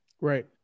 Right